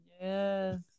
Yes